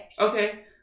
Okay